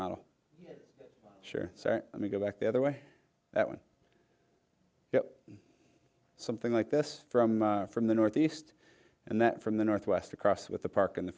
model sure so let me go back the other way that when something like this from from the northeast and that from the northwest across with the park in the